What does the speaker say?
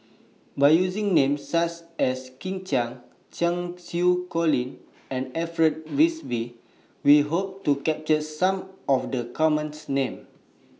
By using Names such as Kit Chan Cheng Xinru Colin and Alfred Frisby We Hope to capture Some of The Common Names